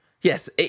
yes